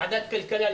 ועדת כלכלה,